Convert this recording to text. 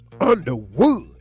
Underwood